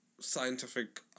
scientific